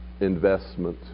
investment